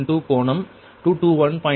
0472 கோணம் 221